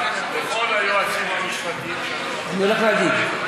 לכל היועצים המשפטיים, אני הולך להגיד.